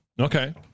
Okay